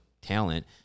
talent